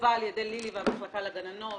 מלווה על ידי לילי והמחלקה לגננות,